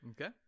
Okay